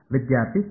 ವಿದ್ಯಾರ್ಥಿ ಕೆ